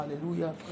Hallelujah